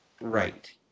Right